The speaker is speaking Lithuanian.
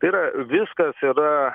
tai yra viskas yra